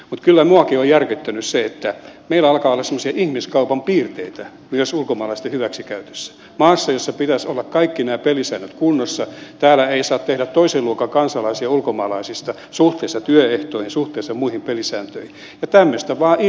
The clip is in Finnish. kyllä minuakin on järkyttänyt se että meillä alkaa olla semmoisia ihmiskaupan piirteitä myös ulkomaalaisten hyväksikäytössä maassa jossa pitäisi olla kaikkien näiden pelisääntöjen kunnossa täällä ei saa tehdä toisen luokan kansalaisia ulkomaalaisista suhteessa työehtoihin suhteessa muihin pelisääntöihin ja tämmöistä vain ilmenee tässä yhteiskunnassa